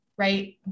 right